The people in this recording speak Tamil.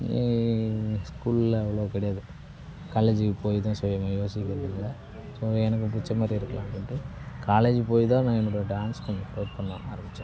ஸ்கூலில் அவ்வளோவா கிடையாது காலேஜ்க்கு போயிதான் சுயமாக யோசிக்க ஸோ எனக்கு பிடிச்சா மாதிரி இருக்கலாம் அப்படின்ட்டு காலேஜ் போயிதான் நான் என்னோடய டான்ஸ் கொஞ்சம் ப்ரூவ் பண்ண ஆரம்பித்தேன்